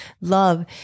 love